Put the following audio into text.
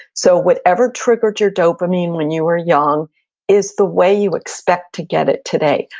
so whatever triggered your dopamine when you were young is the way you expect to get it today.